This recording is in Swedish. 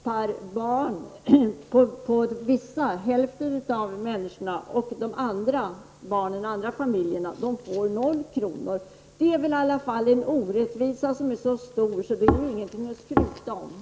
per barn för hälften av familjerna, och de andra familjerna får noll kronor? Det är väl i alla fall en orättvisa som är så stor att det är ingenting att skryta med.